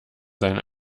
sein